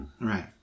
Right